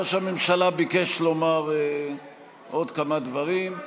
ראש הממשלה ביקש לומר עוד כמה דברים.